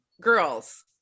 girls